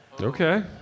Okay